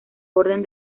orden